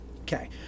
Okay